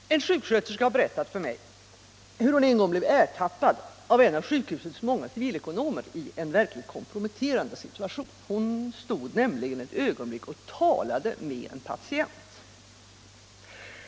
Herr talman! En sjuksköterska har berättat för mig, hur hon en gång blev ertappad av en av sjukhusets många civilekonomer i en verkligt komprometterande situation. Hon stod nämligen ett ögonblick och talade med en patient.